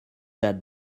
that